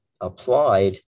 applied